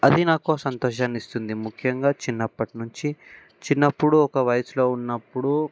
అది నాకు సంతోషాన్ని ఇస్తుంది ముఖ్యంగా చిన్నప్పటి నుంచి చిన్నప్పుడు ఒక వయసులో ఉన్నప్పుడు